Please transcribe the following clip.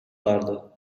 vardı